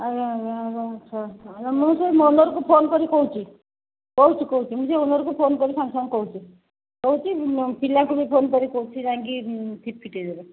ଆଜ୍ଞା ଆଜ୍ଞା ଆଚ୍ଛା ଆଚ୍ଛା ମୁଁ ସେ ଓନର୍କୁ ଫୋନ୍ କରି କହୁଛି କହୁଛି କହୁଛି ମୁଁ ସେ ଓନର୍କୁ ଫୋନ୍ କରି ସାଙ୍ଗେ ସାଙ୍ଗ କହୁଛି କହୁଛି ପିଲାଙ୍କୁ ବି ଫୋନ କରି କହୁଛି ଯାଇଁକି ଫିଟ୍ ଫିଟାଇ ଦେବେ